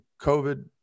COVID